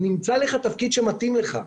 נמצא לך תפקיד שמתאים לך.